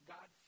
God